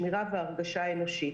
את השמירה וההרגשה האנושית.